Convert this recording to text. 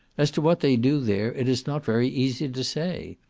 as to what they do there it is not very easy to say,